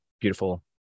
beautiful